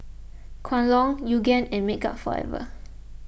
Kwan Loong Yoogane and Makeup Forever